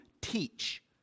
teach